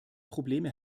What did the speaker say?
probleme